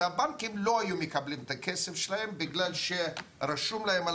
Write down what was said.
כשהבנקים לא מקבלים את הכסף שלהם רק בגלל שרשום להם על